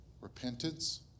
repentance